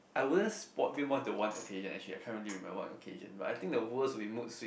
I wouldn't spot pinpoint the one okay ya actually can't really remember one occasion but I think the worst would be mood swing